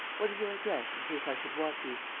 what is your address, in case i should want you?